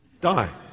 Die